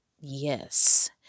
yes